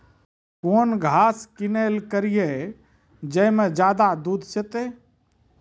कौन घास किनैल करिए ज मे ज्यादा दूध सेते?